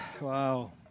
Wow